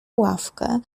ławkę